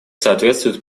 соответствует